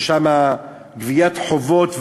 של גביית חובות והלוואות.